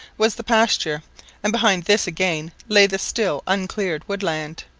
was the pasture and behind this again lay the still uncleared woodland.